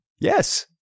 Yes